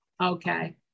Okay